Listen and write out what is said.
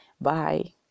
bye